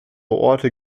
orte